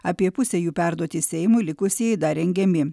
apie pusė jų perduoti seimui likusieji dar rengiami